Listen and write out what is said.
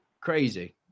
crazy